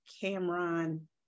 cameron